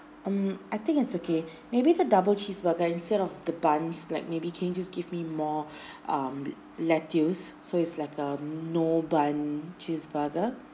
um I think it's okay maybe the double cheeseburger instead of the buns like maybe can you just give me more um lettuce so it's like a no bun cheese burger